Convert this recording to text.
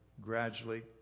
gradually